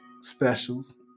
specials